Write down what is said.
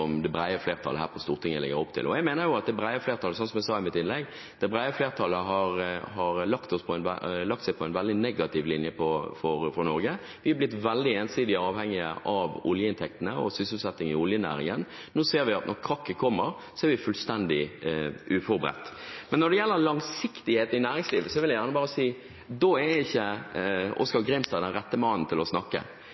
det brede flertallet her på Stortinget legger opp til. Jeg mener – som jeg sa i mitt innlegg – at det brede flertallet har lagt seg på en veldig negativ linje for Norge. Vi har blitt veldig ensidig avhengige av oljeinntektene og sysselsetting i oljenæringen. Nå ser vi at når krakket kommer, er vi fullstendig uforberedt. Når det gjelder langsiktighet i næringslivet, vil jeg bare si at Oskar J. Grimstad er ikke den rette mannen til å snakke.